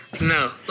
No